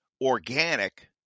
organic